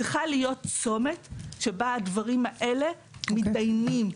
צריכה להיות צומת שבה הדברים האלה מתדיינים,